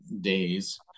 days